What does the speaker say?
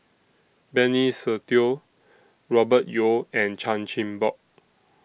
Benny Se Teo Robert Yeo and Chan Chin Bock